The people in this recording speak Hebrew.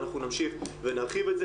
אנחנו נמשיך ונרחיב את זה,